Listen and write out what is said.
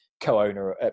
co-owner